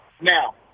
now